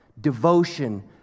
devotion